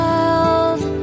Wild